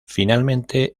finalmente